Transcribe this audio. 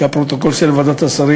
שהפרוטוקול של ועדת השרים,